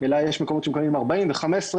אלא יש מקומות שמקבלים 40 ו-15,